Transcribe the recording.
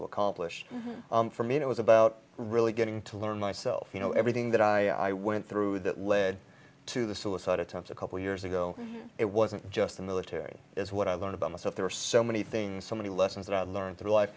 to accomplish for me it was about really getting to learn myself you know everything that i went through that led to the suicide attempt a couple years ago it wasn't just the military is what i learned about myself there are so many things so many lessons that i've learned through life